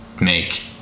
make